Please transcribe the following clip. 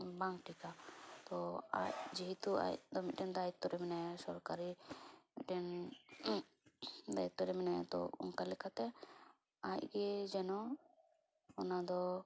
ᱵᱟᱝ ᱴᱷᱤᱠᱟ ᱛᱳ ᱟᱡ ᱡᱮᱦᱮᱛᱩ ᱟᱡᱫᱚ ᱫᱟᱹᱭᱤᱛᱛᱚ ᱨᱮ ᱢᱮᱱᱟᱭᱟ ᱥᱚᱨᱠᱟᱨᱤ ᱢᱤᱫᱴᱮᱱ ᱫᱟᱭᱤᱛᱛᱚ ᱨᱮ ᱢᱮᱱᱟᱭᱟ ᱛᱳ ᱚᱱᱠᱟ ᱞᱮᱠᱟᱛᱮ ᱟᱡᱜᱮ ᱡᱮᱱᱚ ᱚᱱᱟ ᱫᱚ